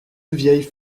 vieilles